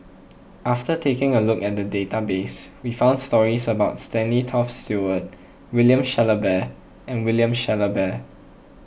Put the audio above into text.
after taking a look at the database we found stories about Stanley Toft Stewart William Shellabear and William Shellabear